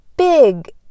big